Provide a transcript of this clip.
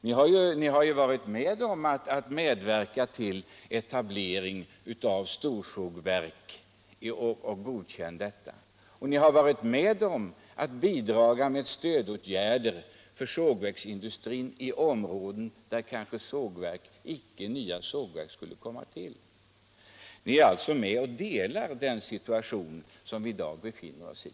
Herr Lundkvist har ju varit med om att medverka till och godkänna etablering av storsågverk och att bidraga med stödåtgärder för sågverksindustrin inom områden där nya sågverk kanske inte hade bort komma till stånd. Herr Lundkvist är alltså delaktig i ansvaret för den situation som vi i dag befinner oss i.